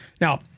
Now